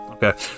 Okay